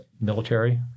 military